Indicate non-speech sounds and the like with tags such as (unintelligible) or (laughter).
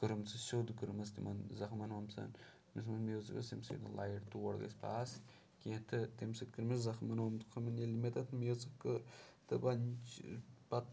کٔرٕم سٔہ سیٚود کٔرٕمَس تِمن زخمن ؤمژن یۄس تِمَن میٚژ ٲسۍ تمہِ سۭتۍ لایٹ تور گژھِ پاس کینٛہہ تہٕ تمہِ سۭتۍ کٔر مےٚ زخمن (unintelligible) ییٚلہِ مےٚ تتھ میٚژ کٔر تہٕ وۄنۍ چھِ پَتہٕ